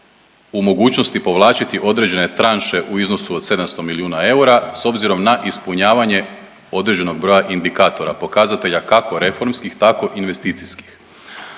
u mogućnosti povlačiti određene tranše u iznosu od 700 milijuna eura s obzirom na ispunjavanje određenog broja indikatora pokazatelja kako reformskih, tako intvesticijskih.